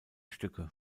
stücke